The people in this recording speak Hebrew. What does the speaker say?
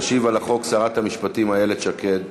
תשיב על החוק שרת המשפטים איילת שקד.